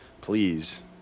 please